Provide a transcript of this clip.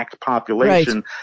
Population